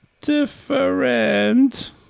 different